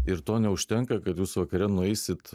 ir to neužtenka kad jūs vakare nueisit